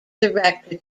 director